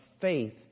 faith